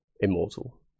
immortal